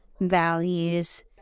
values